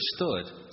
understood